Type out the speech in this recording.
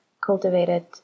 cultivated